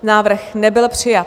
Návrh nebyl přijat.